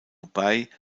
bei